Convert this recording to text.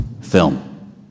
film